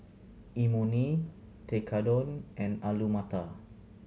Imoni Tekkadon and Alu Matar